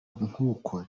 nk’uko